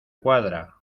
cuadra